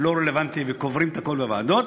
לא רלוונטי וקוברים את הכול בוועדות,